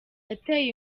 yateye